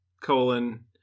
colon